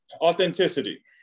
Authenticity